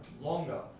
longer